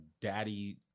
daddy